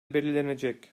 belirlenecek